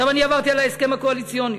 עכשיו, אני עברתי על ההסכם הקואליציוני.